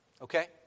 Okay